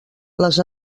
les